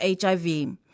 HIV